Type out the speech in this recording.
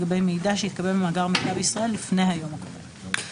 לגבי מידע שהתקבל במאגר מידע בישראל לפני היום הקובע.